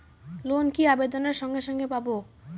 Loan কি আবেদনের সঙ্গে সঙ্গে পাব?